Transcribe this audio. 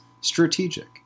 strategic